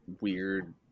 weird